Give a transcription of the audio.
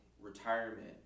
retirement